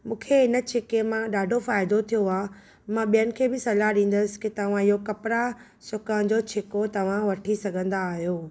मूंखे इन छिके मां ॾाढो फ़ाइदो थियो आहे मां ॿियनि खे बि सलाह ॾींदसि कि तव्हां इहो कपड़ा सुकण जो छिको तव्हां वठी सघन्दा आहियो